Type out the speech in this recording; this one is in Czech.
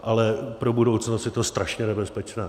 Ale pro budoucnost je to strašně nebezpečné.